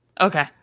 Okay